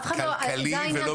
כלכלי ולא בריאותי.